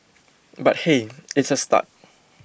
but hey it's a start